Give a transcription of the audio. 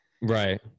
Right